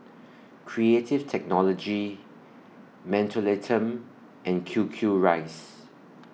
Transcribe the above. Creative Technology Mentholatum and Q Q Rice